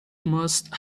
must